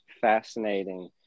fascinating